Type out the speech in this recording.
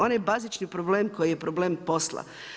On je bazični problem koji je problem posla.